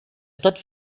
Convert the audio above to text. stadt